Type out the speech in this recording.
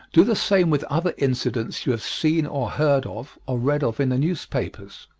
do the same with other incidents you have seen or heard of, or read of in the newspapers.